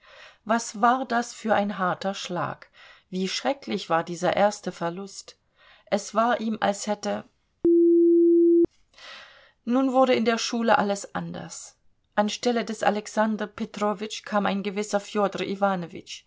was war das für ein harter schlag wie schrecklich war dieser erste verlust es war ihm als hätte nun wurde in der schule alles anders an stelle des alexander petrowitsch kam ein gewisser